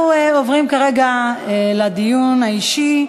אנחנו עוברים כרגע לדיון האישי.